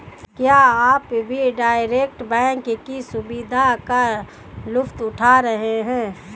क्या आप भी डायरेक्ट बैंक की सुविधा का लुफ्त उठा रहे हैं?